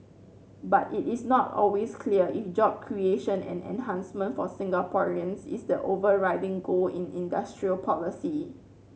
but it is not always clear if job creation and enhancement for Singaporeans is the overriding goal in industrial policy